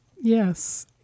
yes